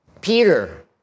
Peter